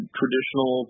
traditional